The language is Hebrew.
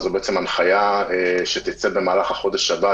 זו בעצם הנחיה שתצא במהלך החודש הבא,